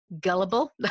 gullible